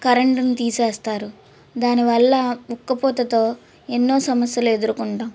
కరెంటుని తీసేస్తారు దానివల్ల ఉక్కపోతతో ఎన్నో సమస్యలు ఎదుర్కుంటాం